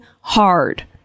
hard